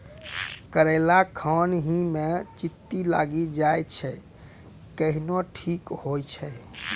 करेला खान ही मे चित्ती लागी जाए छै केहनो ठीक हो छ?